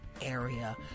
area